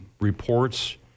reports